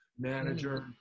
manager